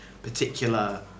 Particular